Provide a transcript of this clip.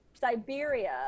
siberia